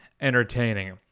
entertaining